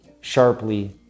sharply